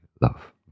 love